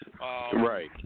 Right